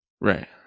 Right